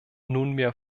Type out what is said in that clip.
nunmehr